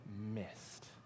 missed